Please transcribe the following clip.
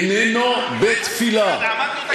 איננו בית-תפילה,